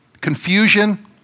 confusion